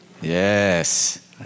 Yes